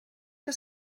que